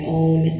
own